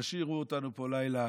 ישאירו אותנו פה לילה,